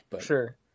Sure